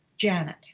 Janet